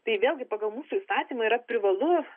tai vėlgi pagal mūsų įstatymą yra privalu